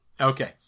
Okay